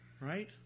Right